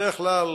בדרך כלל,